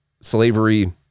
slavery